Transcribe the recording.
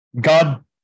God